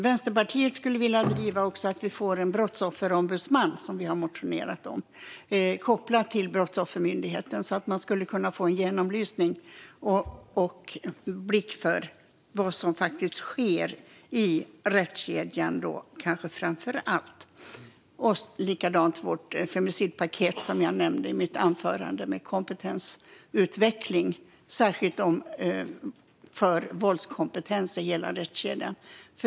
Vänsterpartiet skulle också vilja driva att vi får en brottsofferombudsman kopplad till Brottsoffermyndigheten, vilket vi har motionerat om, så att man skulle kunna få en genomlysning och en blick för vad som faktiskt sker i rättskedjan. Vi föreslår också ett femicidpaket, som jag nämnde i mitt anförande, med kompetensutveckling för hela rättskedjan, särskilt när det gäller våldskompetens.